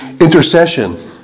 intercession